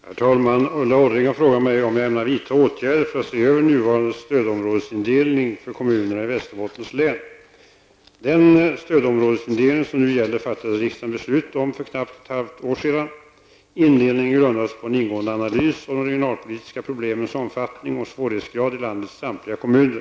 Herr talman! Ulla Orring har frågat mig om jag ämnar vidtaga åtgärder för att se över nuvarande stödområdesindelning för kommunerna i Den stödområdesindelning som nu gäller fattade riksdagen beslut om för knappat ett halvt år sedan. Indelningen grundades på en ingående analys av de regionalpolitiska problemens omfattning och svårighetsgrad i landets samtliga kommuner.